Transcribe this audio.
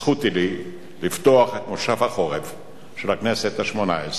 זכות היא לי לפתוח את המושב השלישי של הכנסת השמונה-עשרה,